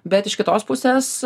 bet iš kitos pusės